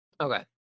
Okay